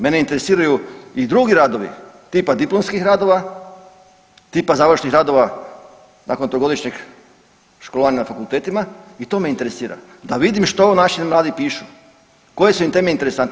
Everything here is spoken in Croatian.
Mene interesiraju i drugi radovi tipa diplomskih radova, tipa završnih radova nakon trogodišnjeg školovanja na fakultetima i to me interesira, da vidim što naši mladi pišu, koje su im teme interesantne.